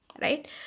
right